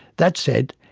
that said,